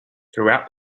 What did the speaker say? throughout